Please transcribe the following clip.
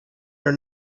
your